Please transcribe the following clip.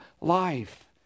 life